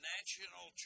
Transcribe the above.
National